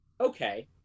Okay